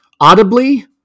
audibly